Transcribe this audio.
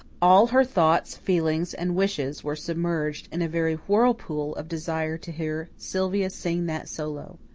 all her thoughts, feelings, and wishes were submerged in a very whirlpool of desire to hear sylvia sing that solo.